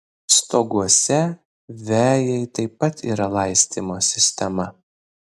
stoguose vejai taip pat yra laistymo sistema